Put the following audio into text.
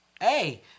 Hey